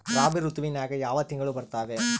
ರಾಬಿ ಋತುವಿನ್ಯಾಗ ಯಾವ ತಿಂಗಳು ಬರ್ತಾವೆ?